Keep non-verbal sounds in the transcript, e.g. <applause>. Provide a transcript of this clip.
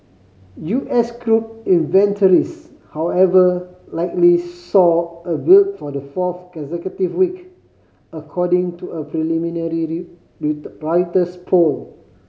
U S crude inventories however likely saw a build for the fourth consecutive week according to a preliminary <unintelligible> Reuters poll